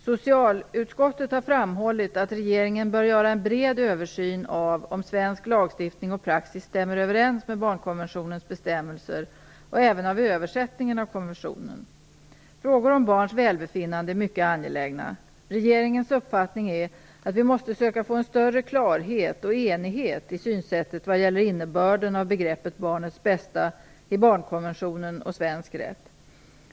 Socialutskottet har framhållit att regeringen bör göra en bred översyn av om svensk lagstiftning och praxis stämmer överens med barnkonventionens bestämmelser och även av översättningen av konventionen. Frågor om barns välbefinnande är mycket angelägna. Regeringens uppfattning är att vi måste söka få större klarhet och enighet i synsättet vad gäller innebörden av begreppet "barnets bästa" i barnkonventionen och svensk rätt.